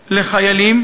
לחיילים,